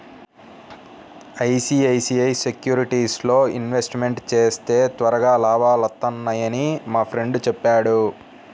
ICICI సెక్యూరిటీస్లో investment చేస్తే త్వరగా లాభాలొత్తన్నయ్యని మా ఫ్రెండు చెప్పాడు